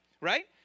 right